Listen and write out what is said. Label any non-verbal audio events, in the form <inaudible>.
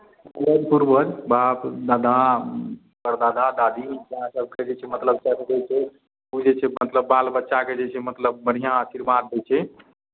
<unintelligible> पूर्वज बाप दादा परदादा दादी इएहसभ कहै छै मतलब चढ़बै छै पूजै छै मतलब बालबच्चाकेँ जे छै मतलब बढ़िआँ आशीर्वाद दै छै